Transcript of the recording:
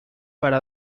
para